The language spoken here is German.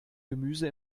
gemüse